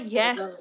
yes